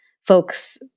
folks